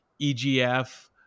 EGF